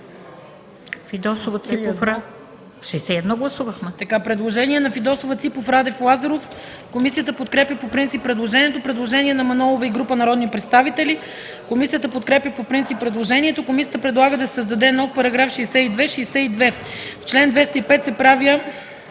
Фидосова, Ципов, Радев и Лазаров